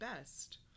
best